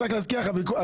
אפרת, רק להזכיר לך.